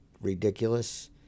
ridiculous